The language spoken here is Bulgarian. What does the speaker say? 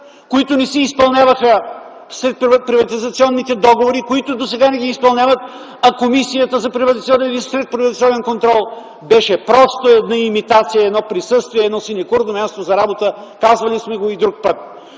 които не си изпълняваха след приватизационните договори, които и досега не ги изпълняват, а Агенцията за приватизационен и след приватизационен контрол беше просто една имитация, едно присъствие, едно синекурно място за работа. Казвали сме това и друг път!